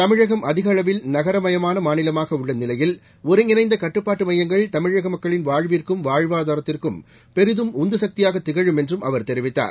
தமிழகம் அதிக அளவில் நகரமயமான மாநிலமாக உள்ள நிலையில் ஒருங்கிணைந்த கட்டுப்பாட்டு மையங்கள் தமிழகம் மக்களின் வாழ்விற்கும் வாழ்வாதாரத்திற்கும் மாபெரும் உந்துசக்தியாக திகழும் என்றும் அவர் தெரிவித்தார்